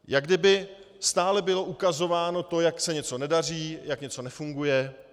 Jak kdyby stále bylo ukazováno, jak se něco nedaří, jak něco nefunguje.